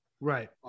Right